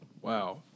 Wow